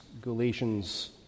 Galatians